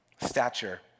stature